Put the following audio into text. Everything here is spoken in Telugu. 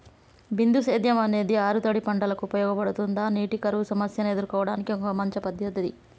బిందు సేద్యం అనేది ఆరుతడి పంటలకు ఉపయోగపడుతుందా నీటి కరువు సమస్యను ఎదుర్కోవడానికి ఒక మంచి పద్ధతి?